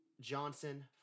Johnson